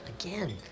again